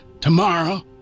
tomorrow